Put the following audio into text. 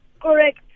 Correct